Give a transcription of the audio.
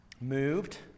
moved